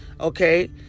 Okay